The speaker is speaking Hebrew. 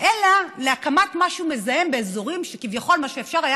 אלא להקמת משהו מזהם באזורים כשכביכול מה שאפשר היה